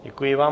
Děkuji vám.